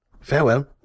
Farewell